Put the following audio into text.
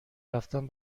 رفتن